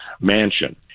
mansion